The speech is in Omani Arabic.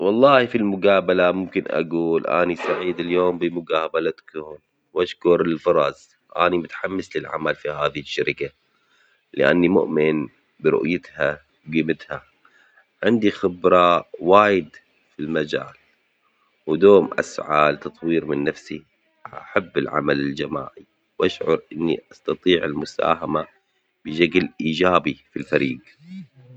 والله في المجابلة ممكن أجول أني سعيد اليوم بمجابلتكم، وأشكر الفرص، أني متحمس للعمل في هذه الشركة لأني مؤمن برؤيتها وجيمتها، عندي خبرة وايد في المجال، ودوم الساعات تطوير من نفسي، أحب العمل الجماعي ،وأشعر إني أستطيع المساهمة بشكل إيجابي في الفريج.